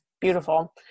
beautiful